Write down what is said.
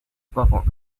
barock